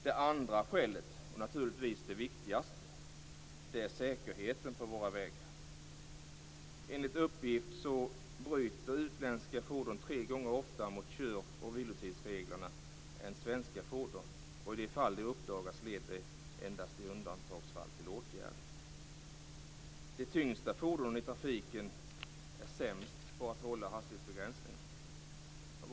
Det andra skälet, och naturligtvis det viktigaste, är säkerheten på våra vägar. Enligt uppgift bryter utländska fordon tre gånger oftare mot kör och vilotidsreglerna än svenska fordon, och i de fall de uppdagas leder de endast i undantagsfall till åtgärder. De tyngsta fordonen i trafiken är sämst på att hålla hastighetsbegränsningarna.